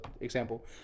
example